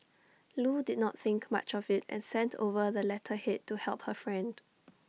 Loo did not think much of IT and sent over the letterhead to help her friend